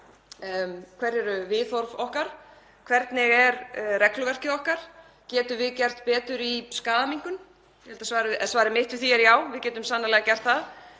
Hver eru viðhorf okkar? Hvernig er regluverkið okkar? Getum við gert betur í skaðaminnkun? Svarið mitt við því er já, við getum sannarlega gert það.